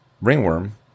ringworm